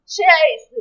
Chase